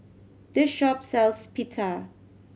this shop sells Pita